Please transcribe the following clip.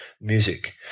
music